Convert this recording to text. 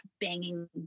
banging